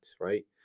right